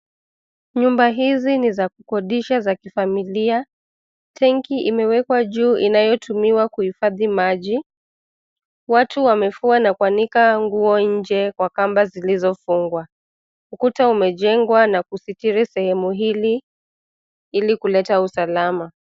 Nyumba hizi ni za kukodisha za kifamilia. Tenki imewekwa juu inayotumiwa kuhifadhi maji. Watu wamefua na kuanika nguo nje kwa kamba zilizofungwa. Ukuta umejengwa na kusitiri sehemu hili, ili kuleta usalama.